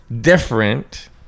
different